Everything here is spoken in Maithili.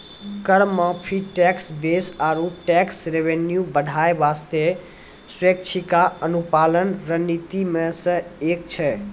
कर माफी, टैक्स बेस आरो टैक्स रेवेन्यू बढ़ाय बासतें स्वैछिका अनुपालन रणनीति मे सं एक छै